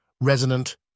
resonant